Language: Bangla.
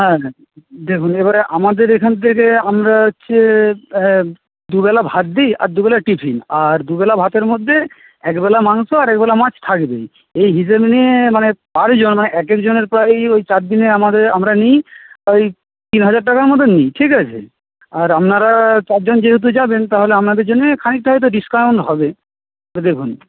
হ্যাঁ হ্যাঁ দেখুন এবারে আমাদের এখান থেকে আমরা হচ্ছে দু বেলা ভাত দিই আর দু বেলা টিফিন আর দু বেলা ভাতের মধ্যে একবেলা মাংস আর একবেলা মাছ থাকবেই এই হিসেব নিয়ে মানে পার জন মানে একেক জনের প্রায় ওই চারদিনে আমাদের আমরা নিই ওই তিন হাজার টাকার মতো নিই ঠিক আছে আর আপনারা চারজন যেহেতু যাবেন তাহলে আপনাদের জন্যে খানিকটা হয়ত ডিস্কাউন্ট হবে তো দেখুন